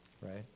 Right